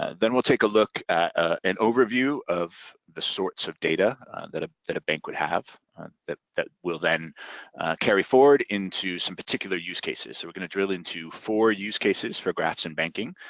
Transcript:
and then we'll take a look at an overview of the sorts of data that ah that a bank would have that that will then carry forward into some particular use cases. so we're gonna drill into four use cases for graphs in banking,